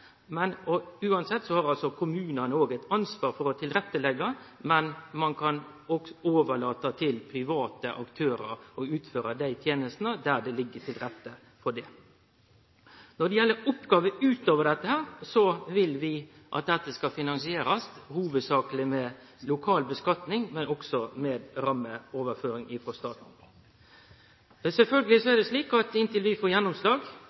men ein kan overlate til private aktørar å utføre desse tenestene, der det ligg til rette for det. Når det gjeld oppgåver utover dette, vil vi at det hovudsakleg skal finansierast med lokal skattlegging, men òg med rammeoverføringar frå staten. Sjølvsagt er det slik at inntil vi får gjennomslag